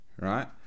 right